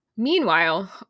Meanwhile